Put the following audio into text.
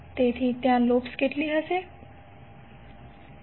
તેથી ત્યાં કેટલી લૂપ્સ છે